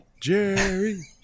Jerry